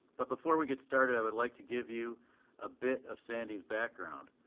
but before we get started, i would like to give you a bit of sandy's background.